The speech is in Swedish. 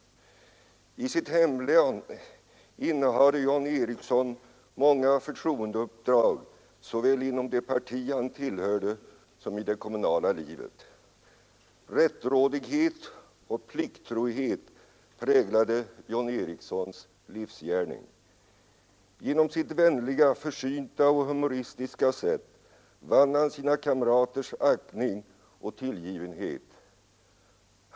I sitt hemlän innehade John Eriksson många förtroendeuppdrag såväl inom det parti han tillhörde som i det kommunala livet. Rättrådighet och plikttrohet präglade John Erikssons livsgärning. Genom sitt vänliga, försynta och humoristiska sätt vann han sina kamraters aktning och tillgivenhet.